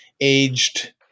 aged